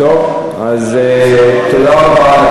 טוב, אז תודה רבה.